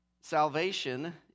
Salvation